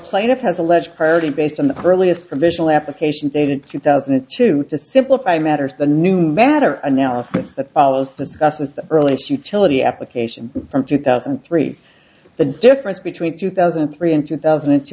plaintiff has alleged purdy based on the earliest provisional application dated two thousand and two to simplify matters the new matter analysis that follows discusses the earliest utility application from two thousand and three the difference between two thousand and three and two thousand and